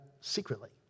secretly